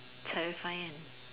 terrifying